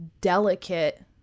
delicate